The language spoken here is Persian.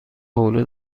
حوله